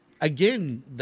Again